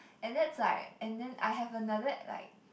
and that's like and then I have another like